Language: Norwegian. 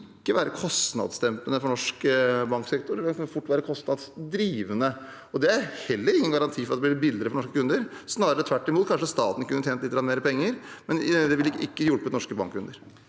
ikke være kostnadsdempende for norsk banksektor, det vil fort være kostnadsdrivende, og det er heller ingen garanti for at det blir billigere for norske kunder, snarere tvert imot. Kanskje staten kunne tjent lite grann mer penger, men det ville ikke hjulpet norske bankkunder.